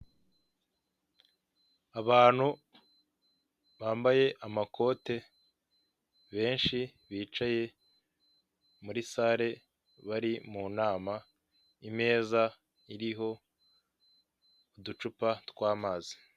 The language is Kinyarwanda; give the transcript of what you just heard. Inzu y'ubwisungane gusa hariho abakozi ba emutiyene n'abakiriya baje kugana ikigo cy'ubwisungane cyitwa buritamu, kiri mu nyubako isa n'iyubakishije amabati n'ibirahuri.